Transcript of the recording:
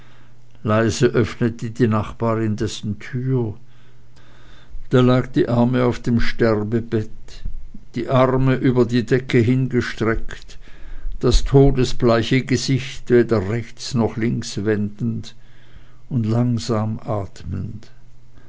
leise öffnete die nachbarin dessen türe da lag die arme auf dem sterbebett die arme über die decke hingestreckt das todesbleiche gesicht weder rechts noch links wendend und langsam atmend